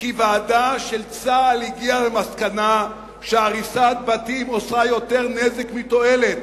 כי ועדה של צה"ל הגיעה למסקנה שהריסת בתים עושה יותר נזק מתועלת.